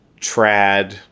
trad